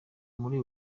muri